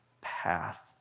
path